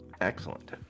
excellent